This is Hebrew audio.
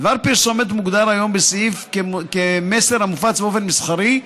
"דבר פרסומת" מוגדר היום בסעיף "מסר המופץ באופן מסחרי,